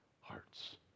hearts